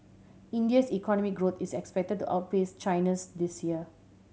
India's economic growth is expected to outpace China's this year